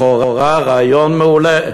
לכאורה רעיון מעולה,